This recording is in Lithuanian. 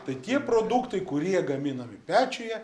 tai tie produktai kurie gaminami pečiuje